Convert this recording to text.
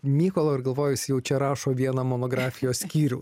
mykolo ir galvoju jis jau čia rašo vieną monografijos skyrių